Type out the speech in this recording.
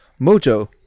Mojo